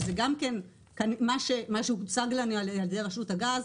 שזה גם כן מה שהוצג לנו על ידי רשות הגז,